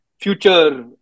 future